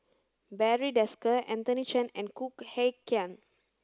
Barry Desker Anthony Chen and Khoo Kay Hian